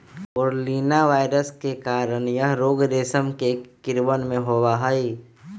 बोरोलीना virus के कारण यह रोग रेशम के कीड़वन में होबा हई